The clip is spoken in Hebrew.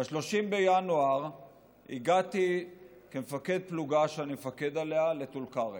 ב-30 בינואר הגעתי כמפקד הפלוגה שאני מפקד עליה לטול כרם.